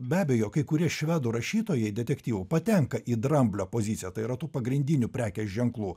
be abejo kai kurie švedų rašytojai detektyvų patenka į dramblio poziciją tai yra tų pagrindinių prekės ženklų